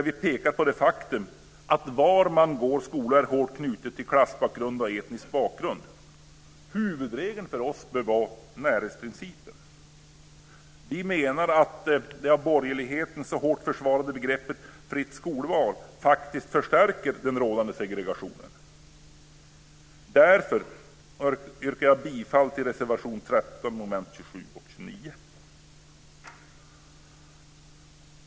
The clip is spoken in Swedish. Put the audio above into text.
Vi pekar där på det faktum att var man går i skola är hårt knutet till klassbakgrund och etnisk bakgrund. För oss bör huvudregeln vara närhetsprincipen. Vi menar att det av borgerligheten så hårt försvarade begreppet fritt skolval faktiskt förstärker den rådande segregationen. Därför yrkar jag bifall till reservation 13 under mom. 27 och 29.